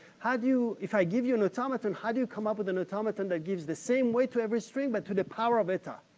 how you, if i give you an automaton how do you come up with an automaton that gives the same weight to every string, but to the power of eta?